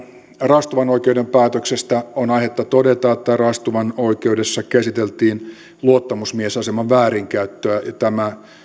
raastuvanoikeuden päätöksestä on aihetta todeta että raastuvanoikeudessa käsiteltiin luottamusaseman väärinkäyttöä